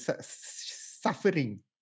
suffering